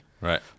Right